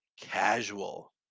casual